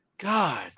God